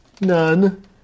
None